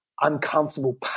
uncomfortable